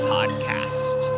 Podcast